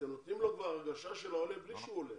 אתם נותנים לו הרגשה שהוא עולה בלי שהוא עולה.